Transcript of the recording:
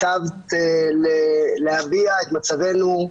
להביע את מצבנו,